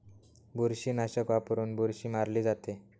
बुरशीनाशक वापरून बुरशी मारली जाते